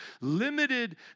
limited